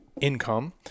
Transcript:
income